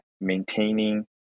maintaining